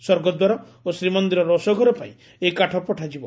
ସ୍ୱର୍ଗଦ୍ୱାର ଓ ଶ୍ରୀମନ୍ଦିର ରୋଷଘର ପାଇଁ ଏହି କାଠ ପଠାଯିବ